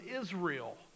Israel